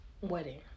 wedding